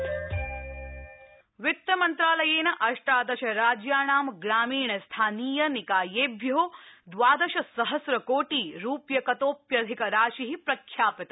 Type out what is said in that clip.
वित्त अन्दान वित्तमन्त्रालयेन अष्टादशराज्याणां ग्रामीण स्थानीयनिकायेभ्यो द्वादशसहम्रकोटि रूप्यकतोप्यधिकराशि प्रख्यापित